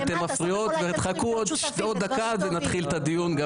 תחכו עוד דקה ונתחיל את הדיון.